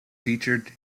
featured